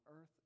earth